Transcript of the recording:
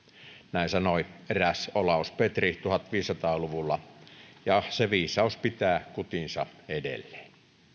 näin sanoi eräs olaus petri tuhatviisisataa luvulla ja se viisaus pitää kutinsa edelleen